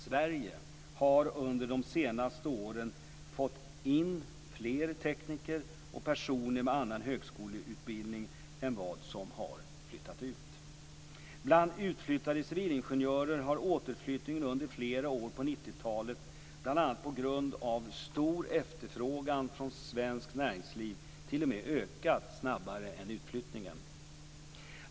Sverige har under de senaste åren fått in fler tekniker och personer med annan högskoleutbildning än vad som har flyttat ut. Bland utflyttade civilingenjörer har återflyttningen under flera år på 1990-talet, bl.a. på grund av stor efterfrågan från svenskt näringsliv, t.o.m. ökat snabbare än utflyttningen.